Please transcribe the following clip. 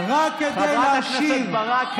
חברת הכנסת ברק,